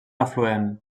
afluent